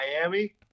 Miami